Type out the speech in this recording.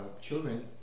children